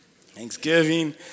Thanksgiving